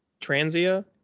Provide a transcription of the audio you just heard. Transia